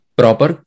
proper